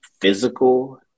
physical